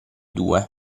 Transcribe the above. due